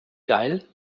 geil